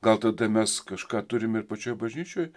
gal tada mes kažką turim ir pačioj bažnyčioj